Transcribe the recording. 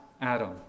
Adam